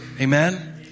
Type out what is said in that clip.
Amen